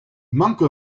manque